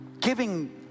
giving